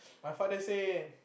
my father say